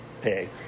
pay